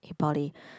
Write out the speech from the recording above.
eh Poly